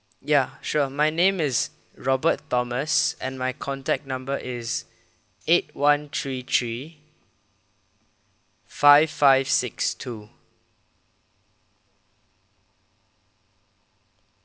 ya sure my name is robert thomas and my contact number is eight one three three five five six two